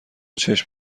چشم